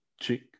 chick